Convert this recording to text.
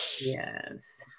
Yes